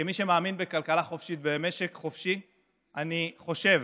כמי שמאמין בכלכלה חופשית ומשק חופשי, אני חושב